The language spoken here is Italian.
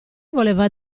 voleva